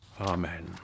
amen